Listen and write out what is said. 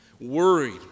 Worried